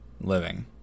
Living